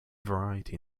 variety